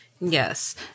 Yes